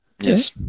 Yes